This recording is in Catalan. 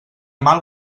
mal